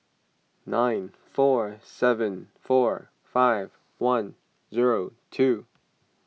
nine four seven four five one zero two